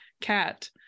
cat